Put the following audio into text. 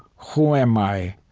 who am i?